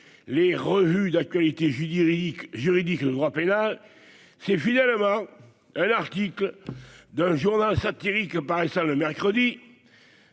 les revues d'actualité Judy juridique, le droit pénal, c'est finalement L article d'un journal satirique paraissant le mercredi,